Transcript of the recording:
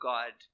God